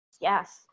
yes